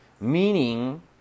Meaning